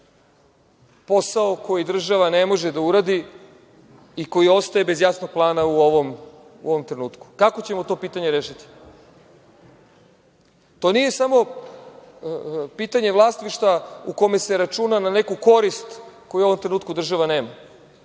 posao koji država ne može da uradi i koji ostaje bez jasnog plana u ovom trenutku. Kako ćemo to pitanje rešiti? To nije samo pitanje vlasništva u kome se računa na neku korist koju u ovom trenutku država nema.